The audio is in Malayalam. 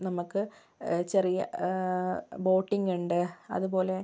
നമുക്ക് ചെറിയ ബോട്ടിംഗ് ഉണ്ട് അതുപോലെ